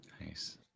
Nice